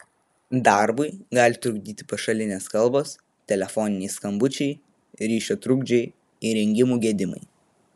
darbui gali trukdyti pašalinės kalbos telefoniniai skambučiai ryšio trukdžiai įrengimų gedimai